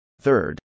Third